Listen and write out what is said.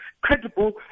credible